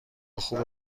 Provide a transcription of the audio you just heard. خوبه